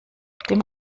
dem